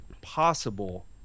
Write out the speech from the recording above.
possible